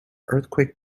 earthquake